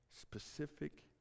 Specific